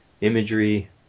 imagery